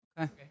Okay